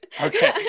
Okay